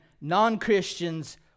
non-Christians